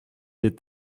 des